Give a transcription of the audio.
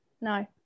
No